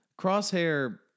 Crosshair